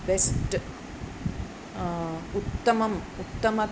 best उत्तमम् उत्तमः